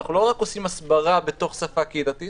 אנחנו לא רק עושים הסברה בתוך שפה קהילתית